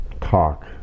talk